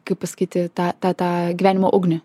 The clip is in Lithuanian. kaip pasakyti tą tą tą gyvenimo ugnį